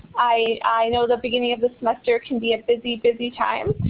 i know the beginning of the semester can be a busy, busy time.